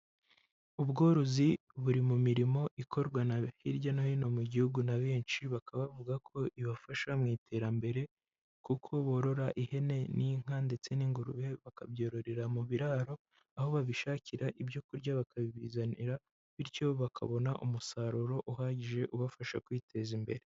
Ubworozi buri mu mirimo ikorwa hirya no hino mu gihugu na benshi, bakaba bavuga ko ibafasha mu iterambere, kuko borora ihene n'inka ndetse n'ingurube, bakabyororera mu biraro, aho babishakira ibyo kurya bakabibizanira, bityo bakabona umusaruro uhagije ubafasha kwiteza imbere.